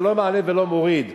זה לא מעלה ולא מוריד,